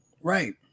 right